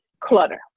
clutter